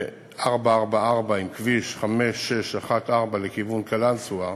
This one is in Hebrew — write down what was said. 444, עם כביש 5614 לכיוון קלנסואה,